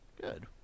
Good